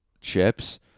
chips